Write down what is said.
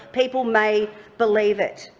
people may believe it.